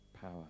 power